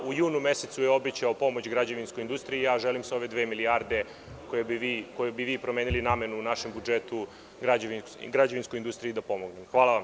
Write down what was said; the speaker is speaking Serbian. U junu mesecu je obećao pomoć građevinskoj industriji i želim sa ove dve milijarde, kojima bi promenili namenu u našem budžetu, građevinskoj industriji da pomognemo.